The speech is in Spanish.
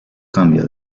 cambia